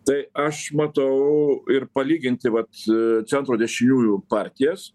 tai aš matau ir palyginti vat centro dešiniųjų partijas